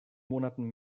monaten